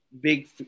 big